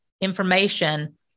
information